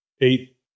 eight